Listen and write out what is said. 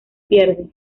pierde